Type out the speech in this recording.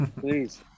please